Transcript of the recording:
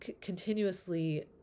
continuously